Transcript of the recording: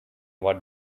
what